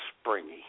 springy